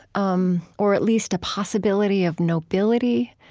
um or at least a possibility of nobility,